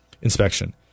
Inspection